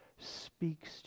Speaks